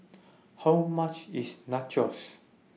How much IS Nachos